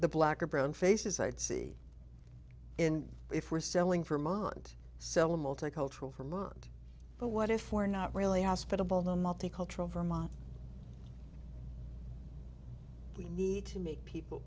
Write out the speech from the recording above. the black or brown faces i'd see in if we're selling for mont sell a multicultural for a month but what if we're not really hospitable the multicultural vermont we need to make people